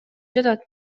жатат